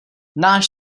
náš